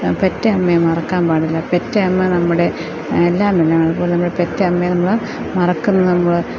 പെറ്റമ്മയെ മറക്കാൻ പാടില്ല പെറ്റമ്മ നമ്മുടെ എല്ലാമെല്ലാം ആണ് അതുപോലെ നമ്മുടെ പെറ്റമ്മയെ നമ്മള് മറക്കുന്ന നമ്മള്